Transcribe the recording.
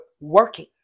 working